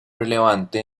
relevante